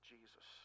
Jesus